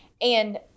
And-